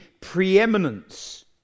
preeminence